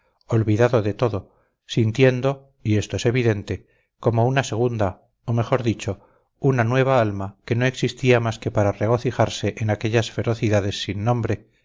olvidado de todo sintiendo y esto es evidente como una segunda o mejor dicho una nueva alma que no existía más que para regocijarse en aquellas ferocidades sin nombre